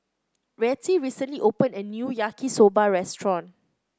Rettie recently opened a new Yaki Soba restaurant